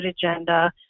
agenda